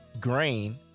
grain